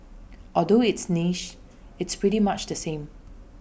although it's niche it's pretty much the same